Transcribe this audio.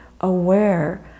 aware